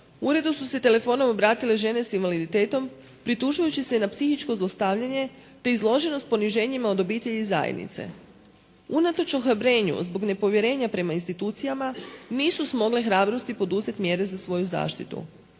uredu su se telefonom obratile žene s invaliditetom pritužujući se na psihičko zlostavljanje te izloženost poniženjima od obitelji i zajednice. Unatoč ohrabrenju zbog nepovjerenja prema institucijama nisu smogle hrabrosti poduzeti mjere za svoju zaštitu.